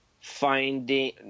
Finding –